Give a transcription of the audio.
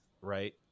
right